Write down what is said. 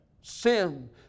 Sin